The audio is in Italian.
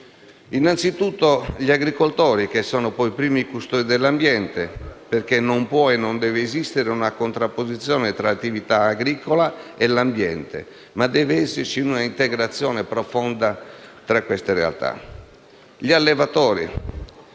Innanzitutto gli agricoltori, che sono poi i primi custodi dell'ambiente, perché non può e non deve esistere una contrapposizione tra l'attività agricola e l'ambiente, ma deve esserci una integrazione profonda tra queste realtà. Quindi gli allevatori,